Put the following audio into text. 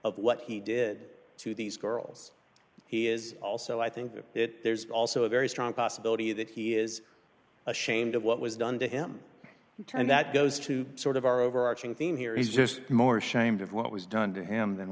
of what he did to these girls he is also i think that there's also a very strong possibility that he is ashamed of what was done to him and that goes to sort of our overarching theme here is just more ashamed of what was done to him than